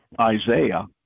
Isaiah